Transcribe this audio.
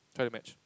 try to match